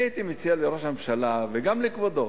הייתי מציע לראש הממשלה, וגם לכבודו,